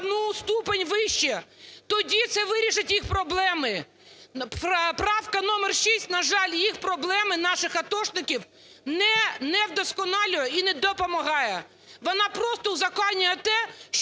вона просто узаконює те, що